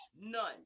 None